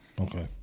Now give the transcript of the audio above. okay